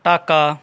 Dhaka